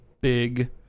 big